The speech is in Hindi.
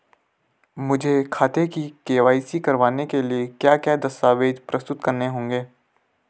मुझे खाते की के.वाई.सी करवाने के लिए क्या क्या दस्तावेज़ प्रस्तुत करने होंगे?